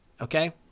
Okay